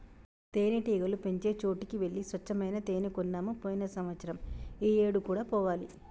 తేనెటీగలు పెంచే చోటికి వెళ్లి స్వచ్చమైన తేనే కొన్నాము పోయిన సంవత్సరం ఈ ఏడు కూడా పోవాలి